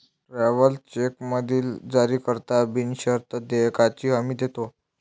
travellers चेकमधील जारीकर्ता बिनशर्त देयकाची हमी देतो